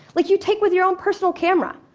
like you'd take with your own personal camera.